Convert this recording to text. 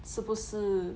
是不是